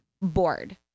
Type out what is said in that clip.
bored